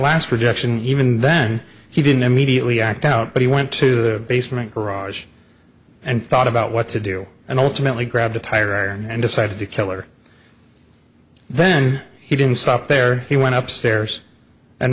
last rejection even then he didn't immediately act out but he went to the basement garage and thought about what to do and ultimately grabbed a tire iron and decided to kill her then he didn't stop there he went up stairs and